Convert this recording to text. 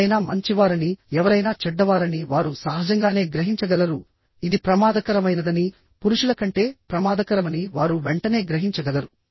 ఎవరైనా మంచివారని ఎవరైనా చెడ్డవారని వారు సహజంగానే గ్రహించగలరు ఇది ప్రమాదకరమైనదని పురుషుల కంటే ప్రమాదకరమని వారు వెంటనే గ్రహించగలరు